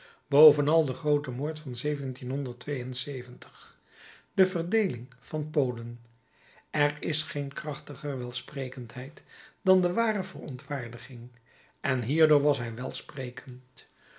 bovenal de groote moord van de verdeeling van polen er is geen krachtiger welsprekendheid dan de ware verontwaardiging en hierdoor was hij welsprekend